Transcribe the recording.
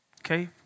Okay